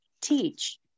teach